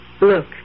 look